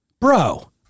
bro